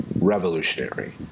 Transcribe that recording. revolutionary